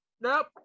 Nope